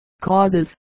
Causes